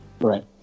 Right